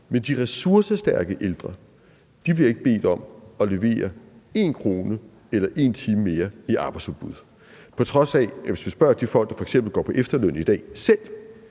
Men de ressourcestærke ældre bliver ikke bedt om at levere én krone mere eller én time mere i arbejdsudbud, på trods af at det, hvis du spørger de folk, der selv f.eks. går på efterløn i dag,